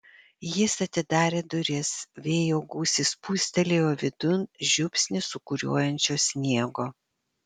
jis atidarė duris vėjo gūsis pūstelėjo vidun žiupsnį sūkuriuojančio sniego